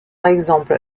exemple